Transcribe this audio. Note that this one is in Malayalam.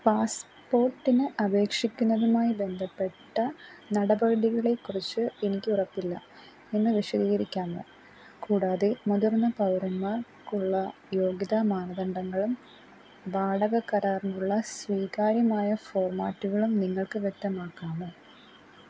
പാസ്പോർട്ടിന് അപേക്ഷിക്കുന്നതുമായി ബന്ധപ്പെട്ട നടപടികളെക്കുറിച്ച് എനിക്ക് ഉറപ്പില്ല ഒന്ന് വിശദീകരിക്കാമോ കൂടാതെ മുതിർന്ന പൗരന്മാർക്കുള്ള യോഗ്യതാ മാനദണ്ഡങ്ങളും വാടക കരാറിനുള്ള സ്വീകാര്യമായ ഫോർമാറ്റുകളും നിങ്ങൾക്ക് വ്യക്തമാക്കാമോ